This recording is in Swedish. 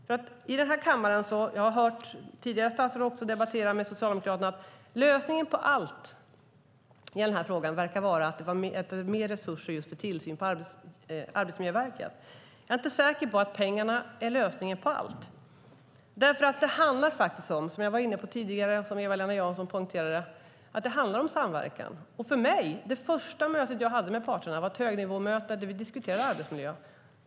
Jag har hört tidigare statsråd debattera med Socialdemokraterna, och lösningen på allt i den här frågan verkar vara mer resurser för tillsyn till Arbetsmiljöverket. Men jag är inte säker på att pengar är lösningen på allt. Som jag var inne på tidigare och som Eva-Lena Jansson kommenterade handlar det om samverkan. Det första möte som jag hade med parterna var ett högnivåmöte där vi diskuterade arbetsmiljö.